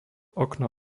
okno